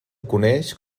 coneix